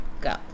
Go